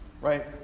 right